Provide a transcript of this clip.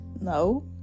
No